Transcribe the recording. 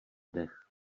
dech